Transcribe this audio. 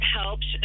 helped